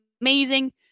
amazing